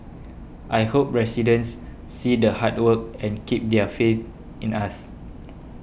I hope residents see the hard work and keep their faith in us